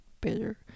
better